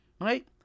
Right